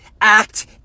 Act